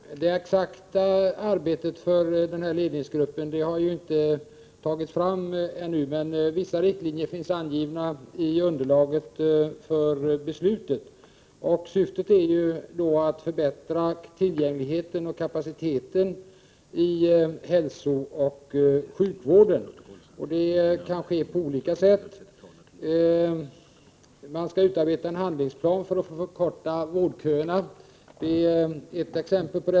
Herr talman! De exakta arbetsuppgifterna för ledningsgruppen har ännu inte angivits. Vissa riktlinjer har dock dragits upp i underlaget för beslutet. Syftet är ju då att öka tillgängligheten och förbättra kapaciteten inom hälsooch sjukvården. Detta kan ske på olika sätt. Som exempel kan nämnas att man skall upprätta en handlingsplan för att förkorta vårdköerna.